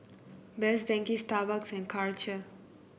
Best Denki Starbucks and Karcher